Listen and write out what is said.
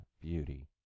beauty